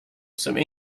some